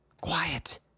Quiet